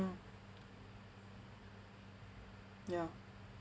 mm ya